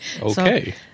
Okay